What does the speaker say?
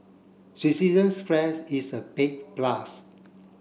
Switzerland's flag is a big plus